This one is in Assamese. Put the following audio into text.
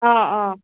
অঁ অঁ